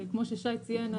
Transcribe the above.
כמו ששי ציין,